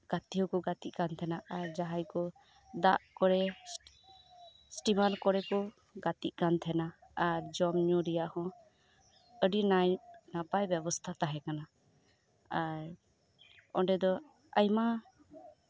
ᱜᱟᱛᱮ ᱦᱚᱸᱠᱚ ᱜᱟᱛᱮᱜ ᱠᱟᱱ ᱛᱟᱸᱦᱮᱱᱟ ᱟᱨ ᱡᱟᱸᱦᱟᱭ ᱠᱚ ᱫᱟᱜ ᱠᱚᱨᱮ ᱤᱥᱴᱤᱢᱟᱨ ᱠᱚᱨᱮ ᱠᱚ ᱜᱟᱛᱮᱜ ᱠᱟᱱ ᱛᱟᱸᱦᱮᱱᱟ ᱟᱨ ᱡᱚᱢ ᱧᱩ ᱨᱮᱱᱟᱜ ᱦᱚᱸ ᱱᱟᱭ ᱱᱟᱯᱟᱭ ᱵᱮᱵᱚᱥᱛᱷᱟ ᱛᱟᱸᱦᱮ ᱠᱟᱱᱟ ᱟᱨ ᱚᱱᱰᱮ ᱫᱚ ᱟᱭᱢᱟ